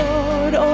Lord